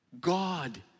God